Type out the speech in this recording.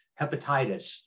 hepatitis